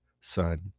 son